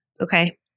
Okay